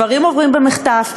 דברים עוברים במחטף,